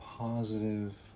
positive